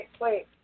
Wait